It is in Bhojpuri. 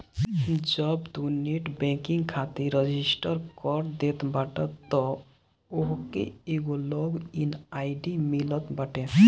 जब तू नेट बैंकिंग खातिर रजिस्टर कर देत बाटअ तअ तोहके एगो लॉग इन आई.डी मिलत बाटे